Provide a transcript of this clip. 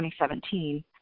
2017